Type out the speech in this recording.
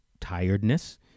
tiredness